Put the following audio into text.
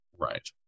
Right